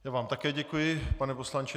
Já vám také děkuji, pane poslanče.